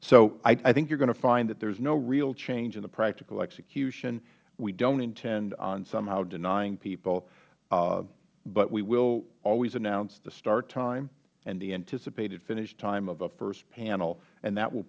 so i think you are going to find that there is no real change in the practical execution we don't intend on somehow denying people but we will always announce the start time and the anticipated finish time of the first panel and that will